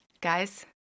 guys